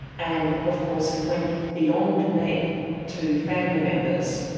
and of course it went beyond me to family members,